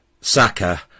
Saka